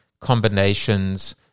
combinations